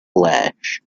flash